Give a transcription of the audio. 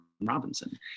robinson